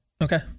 Okay